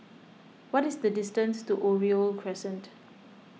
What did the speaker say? what is the distance to Oriole Crescent